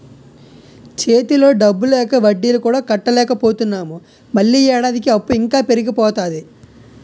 చేతిలో డబ్బు లేక వడ్డీలు కూడా కట్టలేకపోతున్నాము మళ్ళీ ఏడాదికి అప్పు ఇంకా పెరిగిపోతాది